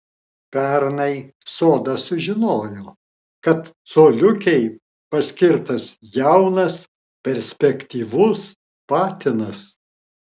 pernai sodas sužinojo kad coliukei paskirtas jaunas perspektyvus patinas